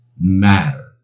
matter